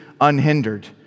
unhindered